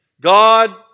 God